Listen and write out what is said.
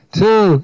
two